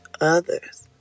others